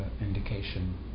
indication